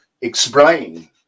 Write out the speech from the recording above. explain